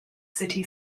city